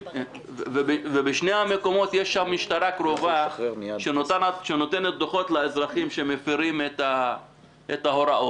בשני המקומות יש משטרה קרובה שרושמת דוחות לאזרחים שמפרים את ההוראות,